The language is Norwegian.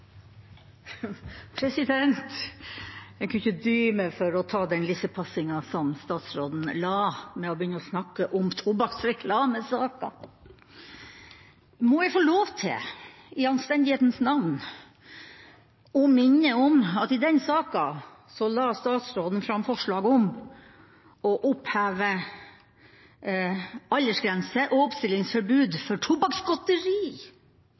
Jeg kunne ikke dy meg for å ta den lissepasninga som statsråden la med å begynne å snakke om tobakksreklamesaka. Jeg må jo få lov til, i anstendighetens navn, å minne om at i den saka la statsråden fram forslag om å oppheve aldersgrense og oppstillingsforbud mot tobakksgodteri